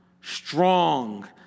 strong